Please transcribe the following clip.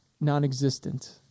non-existent